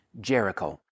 Jericho